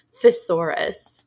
thesaurus